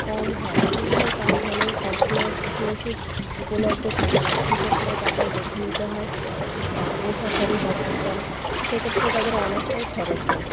কম হয় কিন্তু তা হলেও সব সময় কিছু ওষুধ উপলব্ধ থাকে না সেক্ষেত্রে তাদের বেছে নিতে হয় বেসরকারি হসপিটাল সেক্ষেত্রে তাদের অনেকটাই খরচ হয়